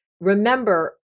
remember